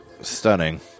stunning